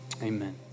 Amen